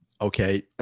Okay